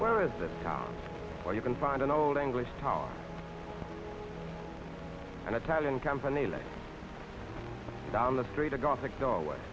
where is that where you can find an old english tower and italian company like down the street a gothic doorway